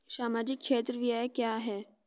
सामाजिक क्षेत्र व्यय क्या है?